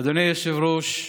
אדוני היושב-ראש,